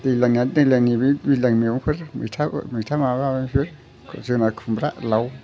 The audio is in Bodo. दैज्लांनिया दैज्लांनि बे दैज्लांनि मैगंफोर मैथा माबा माबिफोर जोगोनार खुमब्रा लाव